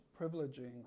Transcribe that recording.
privileging